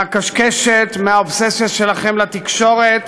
מהקשקשת, מהאובססיה שלכם לתקשורת,